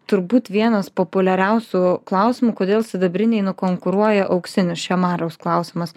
turbūt vienas populiariausių klausimų kodėl sidabriniai nukonkuruoja auksinį čia mariaus klausimas